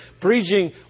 preaching